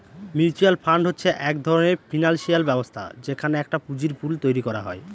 mutual fund হচ্ছে এক ধরনের ফিনান্সিয়াল ব্যবস্থা যেখানে একটা পুঁজির পুল তৈরী করা হয়